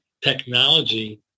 technology